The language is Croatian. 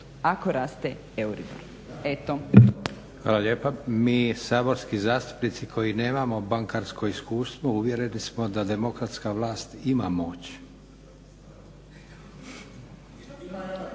Eto. **Leko, Josip (SDP)** Hvala lijepa. Mi saborski zastupnici koji nemamo bankarsko iskustvo, uvjereni smo da demokratska vlast ima moć